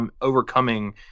overcoming